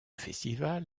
festival